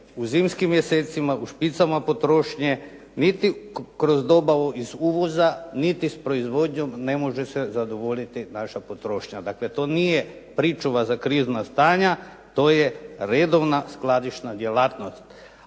u zimskim mjesecima, u špicama potrošnje niti kroz dobavu iz uvoza, niti s proizvodnjom ne može se zadovoljiti naša potrošnja. Dakle, to nije pričuva za krizna stanja. To je redovna skladišna djelatnost,